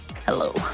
hello